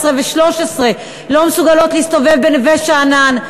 17 ו-13 לא מסוגלות להסתובב בנווה-שאנן,